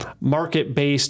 market-based